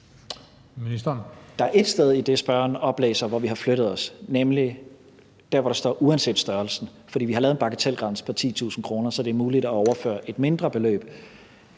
Der er ét sted i det, spørgeren oplæser, hvor vi har flyttet os, nemlig der, hvor der står »uanset størrelsen«, for vi har lavet en bagatelgrænse på 10.000 kr., så det er muligt at overføre et mindre beløb.